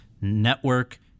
network